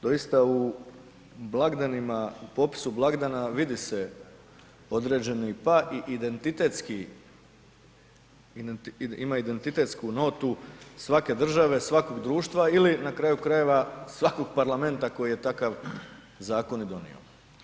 Doista u blagdanima, u popisu blagdana vidi se određeni pa i identitetski, ima identitetsku notu svake države, svakog društva ili na kraju krajeva, svakog parlamenta koji je takav zakon i donio.